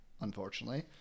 unfortunately